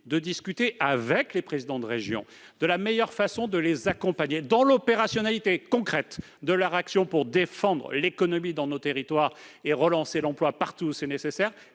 de discuter avec les présidents de région de la meilleure façon de les accompagner dans la mise en oeuvre concrète de leur action pour défendre l'économie de nos territoires et relancer l'emploi partout où c'est nécessaire,